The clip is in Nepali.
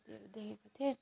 हात्तीहरू देखेको थिएँ